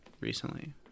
recently